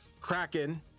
kraken